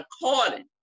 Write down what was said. according